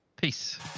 Peace